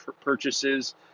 purchases